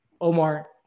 Omar